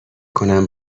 کنم